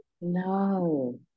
No